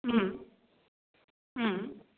ও